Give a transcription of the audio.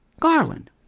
Garland